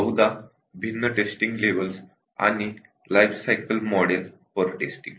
बहुदा भिन्न testing levels आणि लाइफ सायकल मॉडेल पर टेस्टिंग